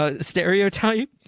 stereotype